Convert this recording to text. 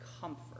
comfort